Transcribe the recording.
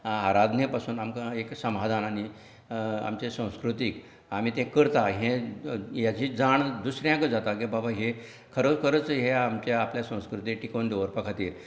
आराधने पासून आमकां एक समाधान आनी आमची संस्कृतीक आमी ते करता हे हेची जाण दुसऱ्यांक जाता बाबा हे खरोखरच हे आमच्या आपल्या संस्कृतीक टिकोवन दवरपा खातीर